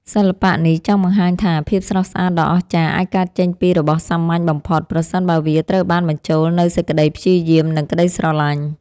សិល្បៈនេះចង់បង្ហាញថា ភាពស្រស់ស្អាតដ៏អស្ចារ្យអាចកើតចេញពីរបស់សាមញ្ញបំផុត ប្រសិនបើវាត្រូវបានបញ្ចូលនូវសេចក្ដីព្យាយាម និងក្ដីស្រឡាញ់។